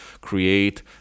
create